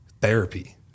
therapy